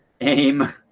aim